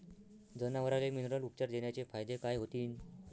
जनावराले मिनरल उपचार देण्याचे फायदे काय होतीन?